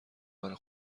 برا